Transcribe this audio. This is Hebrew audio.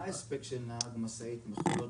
מה ההספק של נהג משאית מכולות,